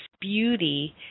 beauty